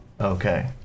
Okay